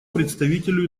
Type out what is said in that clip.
представителю